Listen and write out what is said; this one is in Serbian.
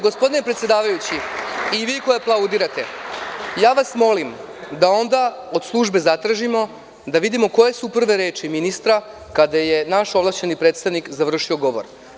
Gospodine predsedavajući i vi koji aplaudirate, ja vas molim da onda od službe zatražimo da vidimo koje su prve reči ministra kada je naš ovlašćeni predstavnik završio govor.